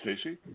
Stacey